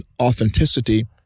authenticity